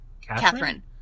Catherine